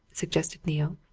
suggested neale.